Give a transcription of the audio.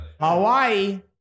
Hawaii